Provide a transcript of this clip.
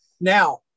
now